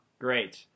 Great